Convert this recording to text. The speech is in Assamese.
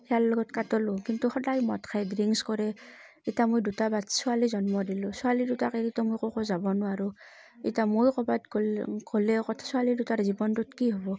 সিয়াৰ লগত কটালোঁ কিন্তু সদায় মদ খায় ড্ৰিংক্স কৰে এতিয়া মই দুটা বাত্ছ ছোৱালী জন্ম দিলোঁ ছোৱালী দুটাক এৰিতো মই ক'তো যাব নোৱাৰোঁ এতিয়া ময়ো ক'ৰবাত গ'ল গ'লে কথ ছোৱালী দুটাৰ জীৱনটোত কি হ'ব